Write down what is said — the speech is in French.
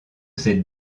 cette